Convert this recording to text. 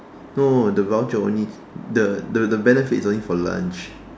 no the voucher only the the the benefit is only for lunch